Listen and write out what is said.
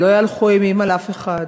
שלא יהלכו אימים על אף אחד.